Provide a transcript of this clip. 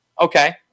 Okay